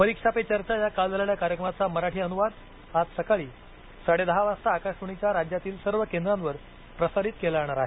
परीक्षा पे चर्चा या काल झालेल्या कार्यक्रमाचा मराठी अनुवाद आज सकाळी साडेदहा वाजता आकाशवाणीच्या राज्यातील सर्व केंद्रांवर प्रसारित केला जाणार आहे